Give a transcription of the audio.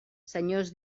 senyors